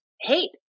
hate